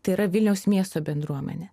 tai yra vilniaus miesto bendruomenė